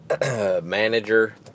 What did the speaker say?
manager